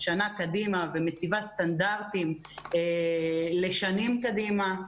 שנה קדימה ומציבה סטנדרטים לשנים קדימה.